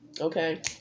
okay